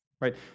right